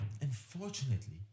unfortunately